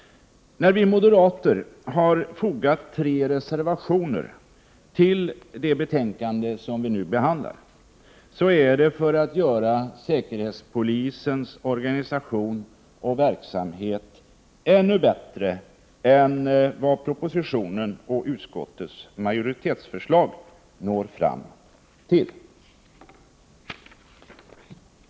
Vi moderater har tre reservationer fogade till det betänkande som nu behandlas. Vi vill att säkerhetspolisens organisation och verksamhet skall bli ännu bättre än vad propositionen och utskottets majoritetsförslag kan bidra till.